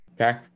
okay